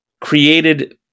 created